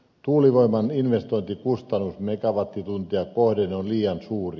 tuulivoiman investointikustannus megawattituntia kohden on liian suuri